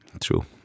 True